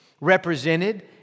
represented